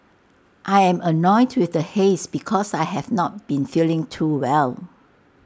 I am annoyed with the haze because I have not been feeling too well